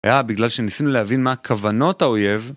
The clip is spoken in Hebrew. היה בגלל שניסינו להבין מה כוונות האויב